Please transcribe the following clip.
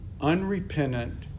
unrepentant